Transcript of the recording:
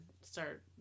start